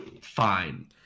fine